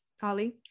Holly